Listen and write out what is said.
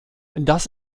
das